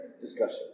discussion